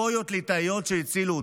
גויות ליטאיות, שהצילו אותם.